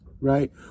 Right